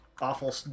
awful